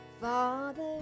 Father